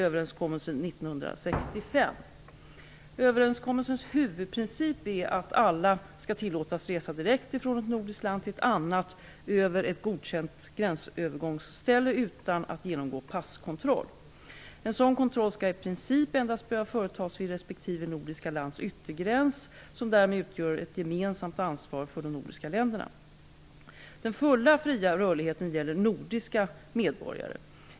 Överenskommelsens huvudprincip är att alla skall tillåtas resa direkt från ett nordiskt land till ett annat över ett godkänt gränsövergångsställe utan att genomgå passkontroll. En sådan kontroll skall i princip endast behöva företas vid respektive nordiska lands yttergräns, som därmed utgör ett gemensamt ansvar för de nordiska länderna. Den fulla fria rörligheten gäller nordiska medborgare.